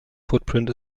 footprint